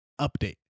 update